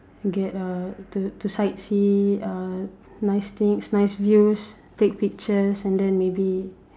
get uh to to sightsee uh nice things nice views take pictures and then maybe